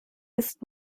ist